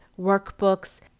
workbooks